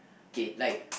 okay like